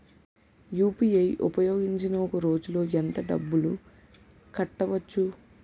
UPI ఉపయోగించి ఒక రోజులో ఎంత డబ్బులు కట్టవచ్చు?